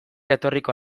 etorriko